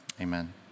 Amen